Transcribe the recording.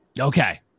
Okay